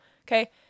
Okay